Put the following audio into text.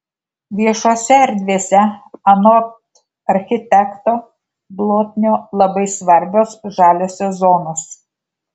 viešose erdvėse anot architekto blotnio labai svarbios žaliosios zonos